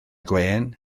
gwên